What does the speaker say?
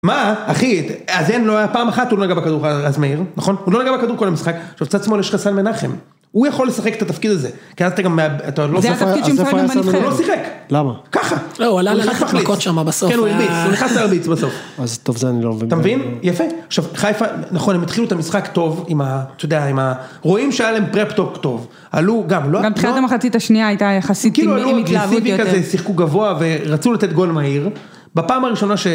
מה, אחי, אז פעם אחת הוא נגע בכדור, אז מהיר, נכון? הוא לא נגע בכדור כל המשחק, שבצד שמאל יש חסן מנחם. הוא יכול לשחק את התפקיד הזה. כי אז אתה גם... זה היה תפקיד של פאנלים בנבחרת. הוא לא שיחק. למה? ככה, הוא נכנס להרביץ, כן, הוא נכנס להרביץ בסוף. אז טוב, זה אני לא... אתה מבין? יפה. עכשיו, חיפה, נכון, הם התחילו את המשחק טוב עם ה... רואים שהיה להם פרפ-טוק טוב. עלו גם, לא... גם תחילת המחצית השנייה הייתה יחסית עם התלהבות יותר. כאילו היו עוד אגרסיבי כזה, שיחקו גבוה ורצו לתת גול מהיר. בפעם הראשונה ש...